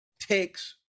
takes